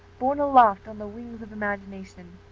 borne aloft on the wings of imagination.